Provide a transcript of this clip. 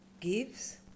gives